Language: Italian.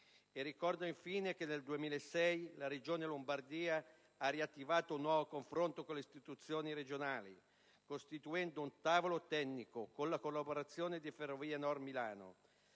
ricordo infine che nel 2006 la Regione Lombardia ha riattivato un nuovo confronto con le istituzioni regionali, costituendo un tavolo tecnico con la collaborazione di Ferrovie Nord Milano.